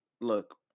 look